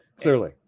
clearly